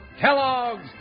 Kellogg's